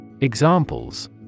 Examples